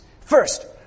First